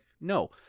no